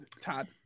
Todd